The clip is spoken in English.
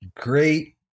great